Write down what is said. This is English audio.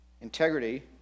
Integrity